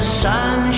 sun